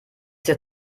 der